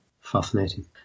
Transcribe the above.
Fascinating